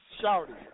shouting